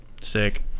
Sick